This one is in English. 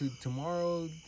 Tomorrow